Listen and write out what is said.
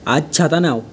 আজ ছাতা নাও